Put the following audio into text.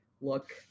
look